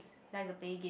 like to play game